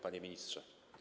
Panie Ministrze!